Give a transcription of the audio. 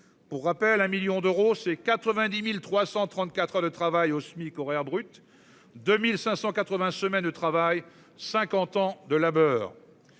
Pour rappel, un million d'euros, c'est 90.334 heures de travail au SMIC horaire brut 2580 semaine de travail. 50 ans de labeur.